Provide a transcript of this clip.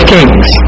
Kings